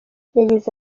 yagize